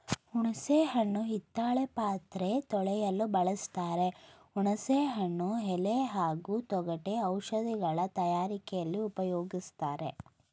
ಹುಣಸೆ ಹಣ್ಣು ಹಿತ್ತಾಳೆ ಪಾತ್ರೆ ತೊಳೆಯಲು ಬಳಸ್ತಾರೆ ಹುಣಸೆ ಹಣ್ಣು ಎಲೆ ಹಾಗೂ ತೊಗಟೆ ಔಷಧಗಳ ತಯಾರಿಕೆಲಿ ಉಪ್ಯೋಗಿಸ್ತಾರೆ